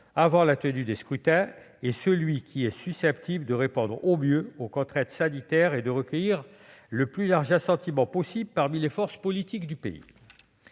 avant la tenue des scrutins, est celui qui est susceptible de répondre au mieux aux contraintes sanitaires et de recueillir le plus large assentiment possible parmi les forces politiques du pays.